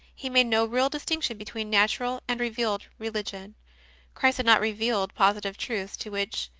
he made no real distinction between natural and revealed religion christ had not revealed positive truths to which,